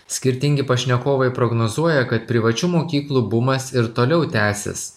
skirtingi pašnekovai prognozuoja kad privačių mokyklų bumas ir toliau tęsis